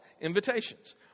invitations